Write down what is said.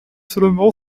seulement